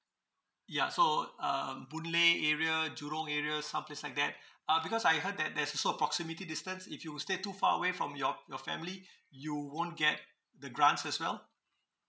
ya so um boon lay area jurong area some place like that uh because I heard that there's also proximity distance if you stay too far away from your your family you won't get the grants as well